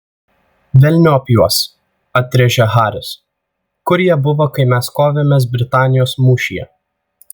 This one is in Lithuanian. velniop juos atrėžė haris kur jie buvo kai mes kovėmės britanijos mūšyje